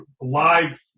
live